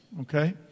okay